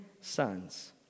sons